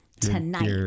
tonight